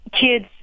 kids